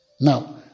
Now